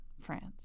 France